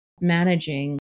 managing